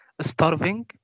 starving